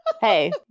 Hey